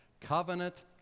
covenant